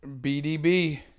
BDB